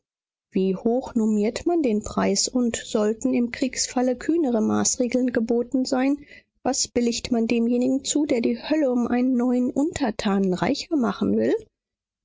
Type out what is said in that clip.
wie hoch normiert man den preis und sollten im kriegsfalle kühnere maßregeln geboten sein was billigt man demjenigen zu der die hölle um einen neuen untertanen reicher machen will